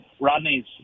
Rodney's